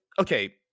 okay